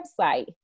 website